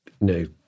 no